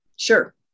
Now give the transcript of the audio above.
Sure